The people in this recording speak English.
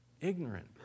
Ignorant